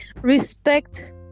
respect